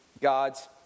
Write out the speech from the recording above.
God's